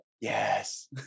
yes